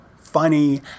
funny